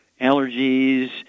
allergies